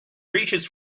reaches